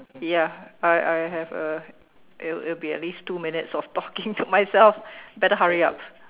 ya I I have a it will it will be at least two minutes of talking to myself better hurry up